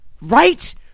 right